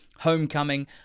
Homecoming